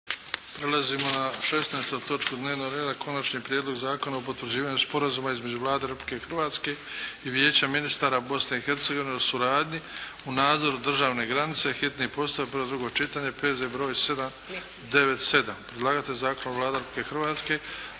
Prelazimo na 16. točku dnevnog reda. - Konačni prijedlog zakona o potvrđivanju sporazuma između Vlade Republike Hrvatske i Vijeća ministara Bosne i Hercegovine o suradnji u nadzoru državne granice, hitni postupak, prvo i drugo čitanje, P.Z. br. 797 Predlagatelj zakona je Vlada Republike Hrvatske